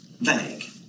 vague